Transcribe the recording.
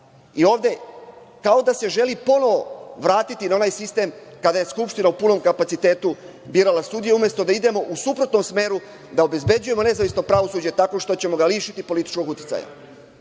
Ovde kao da se želi ponovo vratiti na onaj sistem kada je Skupština u punom kapacitetu birala sudije, umesto da idemo u suprotnom smeru, da obezbeđujemo nezavisno pravosuđe tako što ćemo ga lišiti političkog uticaja.